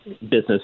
business